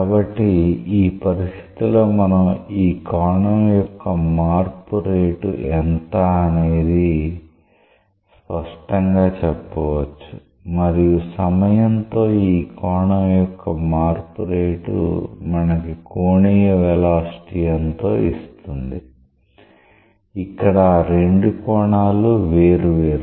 కాబట్టి ఈ పరిస్థితిలో మనం ఈ కోణం యొక్క మార్పు రేటు ఎంత అనేది స్పష్టంగా చెప్పవచ్చు మరియు సమయంతో ఆ కోణం యొక్క మార్పు రేటు మనకి కోణీయ వెలాసిటీ ఎంతో ఇస్తుంది ఇక్కడ ఆ రెండు కోణాలు వేరు వేరు